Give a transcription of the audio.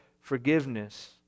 forgiveness